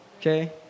okay